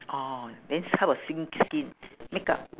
orh then s~ how about skin skin makeup